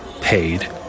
Paid